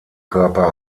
körper